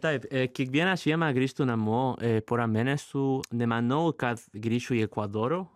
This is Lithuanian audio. taip kiekvieną žiemą grįžtu namo pora mėnesių nemanau kad grįšiu į ekvadoro